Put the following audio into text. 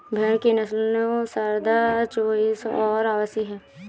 भेड़ की नस्लें सारदा, चोइस और अवासी हैं